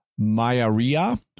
Mayaria